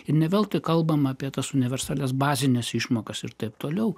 ne veltui kalbama apie tas universalias bazines išmokas ir taip toliau